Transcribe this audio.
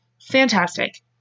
Fantastic